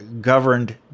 governed